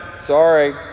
Sorry